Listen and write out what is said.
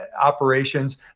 operations